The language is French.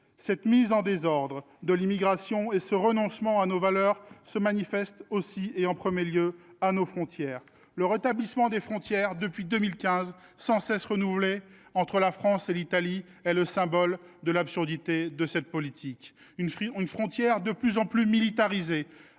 Cette « mise en désordre » de l’immigration et ce renoncement à nos valeurs se manifestent aussi et en premier lieu à nos frontières. Le rétablissement sans cesse renouvelé des frontières entre la France et l’Italie, depuis 2015, est le symbole de l’absurdité de cette politique. Cette frontière de plus en plus militarisée,